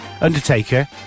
undertaker